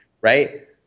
right